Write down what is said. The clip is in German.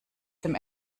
dem